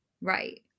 Right